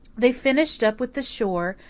they finished up with the shore,